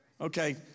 Okay